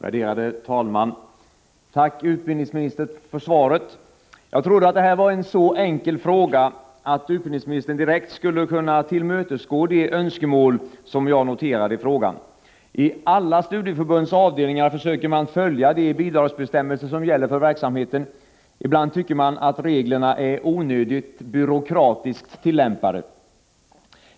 Fru talman! Tack, utbildningsministern, för svaret! Jag trodde att det här var en så enkel fråga, att utbildningsministern direkt skulle kunna tillmötesgå de önskemål som jag noterade i frågan. I alla studieförbunds avdelningar försöker man följa de bidragsbestämmelser som gäller för verksamheten. Ibland tycker man att reglerna är onödigt byråkratiskt tillämpade.